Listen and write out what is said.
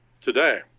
today